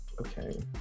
Okay